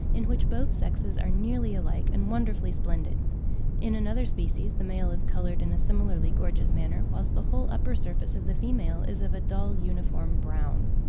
in which both sexes are nearly alike and wonderfully splendid in another species the male is coloured in a similarly gorgeous manner, whilst the whole upper surface of the female is of a dull uniform brown.